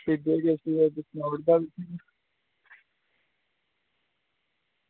त दिक्खियै तुसेंगी सनाई ओड़गा भी